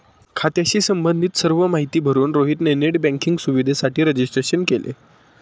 खात्याशी संबंधित सर्व माहिती भरून रोहित ने नेट बँकिंग सुविधेसाठी रजिस्ट्रेशन केले